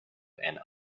and